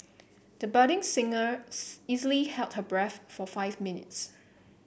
the budding singer easily held her breath for five minutes